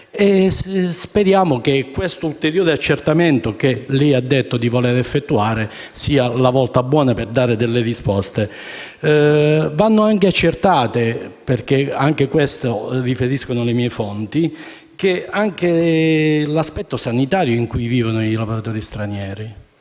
Speriamo che, con l'ulteriore accertamento che lei ha detto di voler effettuare, questa sia la volta buona per dare delle risposte. Va inoltre accertato (perché anche questo riferiscono le miei fonti) l'aspetto sanitario in cui vivono i lavoratori stranieri,